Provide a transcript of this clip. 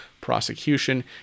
prosecution